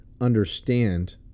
understand